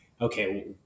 okay